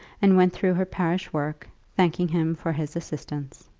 and went through her parish work, thanking him for his assistance.